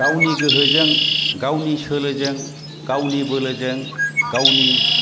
गावनि गोहोजों गावनि सोलोजों गावनि बोलोजों गावनि